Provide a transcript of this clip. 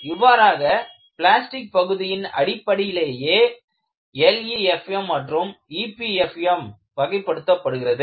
இவ்வாறாக பிளாஸ்டிக் பகுதியின் அடிப்படையிலேயே LEFM மற்றும் EPFM வகைப்படுத்தப்படுகிறது